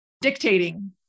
dictating